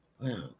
Wow